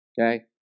Okay